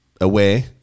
away